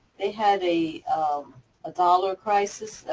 they had a ah dollar crisis,